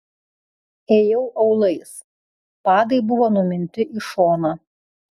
ėjau aulais padai buvo numinti į šoną